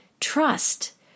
trust